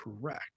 correct